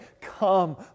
come